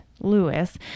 Lewis